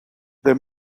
there